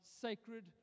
sacred